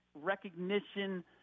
recognition